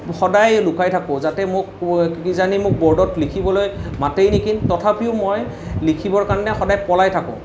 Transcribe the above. সদায়েই লুকাই থাকোঁ যাতে মোক কিজানি মোক ব'ৰ্ডত লিখিবলৈ মাতেই নেকি তথাপিও মই লিখিবৰ কাৰণে সদায় পলাই থাকোঁ